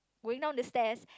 going down the stairs